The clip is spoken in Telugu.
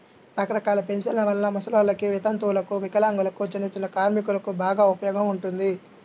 రకరకాల పెన్షన్ల వలన ముసలోల్లకి, వితంతువులకు, వికలాంగులకు, చిన్నచిన్న కార్మికులకు బాగా ఉపయోగం ఉంటుంది